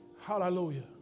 Hallelujah